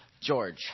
George